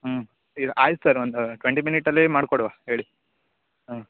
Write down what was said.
ಹ್ಞೂ ಇದು ಆಯ್ತು ಸರ್ ಒಂದು ಟ್ವೆಂಟಿ ಮಿನಿಟ್ಟಲ್ಲಿ ಮಾಡಿಕೊಡುವ ಹೇಳಿ ಹ್ಞೂ